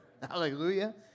Hallelujah